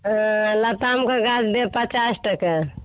हँ लतामके गाछ देब पचास टके